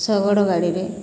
ଶଗଡ଼ ଗାଡ଼ିରେ